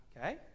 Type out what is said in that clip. Okay